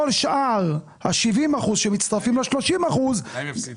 כל שאר ה-70%, שמצטרפים ל-30% --- הם יפסידו.